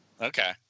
okay